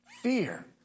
fear